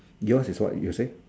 yours is what you say